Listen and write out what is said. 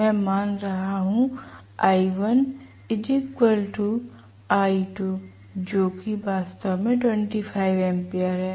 मैं मान रहा हूं जोकि वास्तव में 25 एम्पीयर हैं